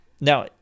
Now